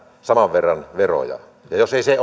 saman verran veroja ja jos ei se